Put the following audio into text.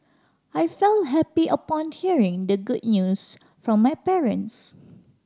I felt happy upon hearing the good news from my parents